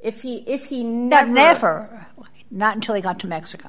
if he if he never not until he got to mexico